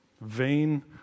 vain